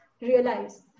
realize